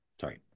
Sorry